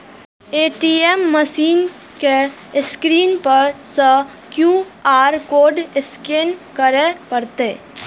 ATM machine के screen पर सं क्यू.आर कोड स्कैन करय पड़तै